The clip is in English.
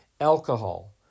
Alcohol